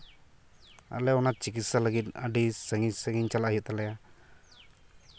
ᱟᱞᱮ ᱚᱱᱟ ᱪᱤᱠᱤᱛᱥᱟ ᱞᱟᱹᱜᱤᱫ ᱟᱹᱰᱤ ᱥᱟᱺᱜᱤᱧ ᱥᱟᱺᱜᱤᱧ ᱪᱟᱞᱟᱜ ᱦᱩᱭᱩᱜ ᱛᱟᱞᱮᱭᱟ